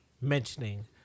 mentioning